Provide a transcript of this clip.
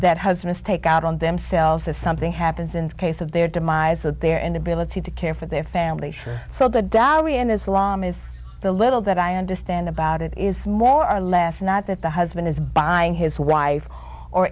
that husbands take out on themselves if something happens in case of their demise so their inability to care for their families for so the dowry and as long as the little that i understand about it is more or less not that the husband is buying his wife or